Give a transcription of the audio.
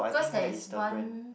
cause there is one